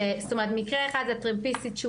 זאת אומרת מקרה אחד הטרמפיסטית שהוא